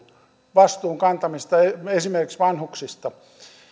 vastuun kantamista esimerkiksi vanhuksista